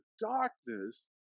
darkness